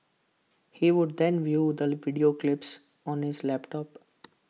he would then view the video clips on his laptop